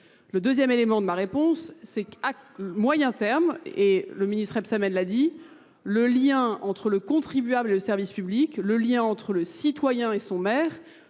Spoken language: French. Le deuxième élément de ma réponse, c'est qu'à moyen terme, et le ministre Ebsamen l'a dit, Le lien entre le contribuable et le service public, le lien entre le citoyen et son maire,